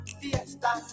fiesta